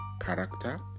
character